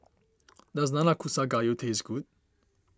does Nanakusa Gayu taste good